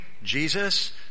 Jesus